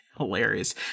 Hilarious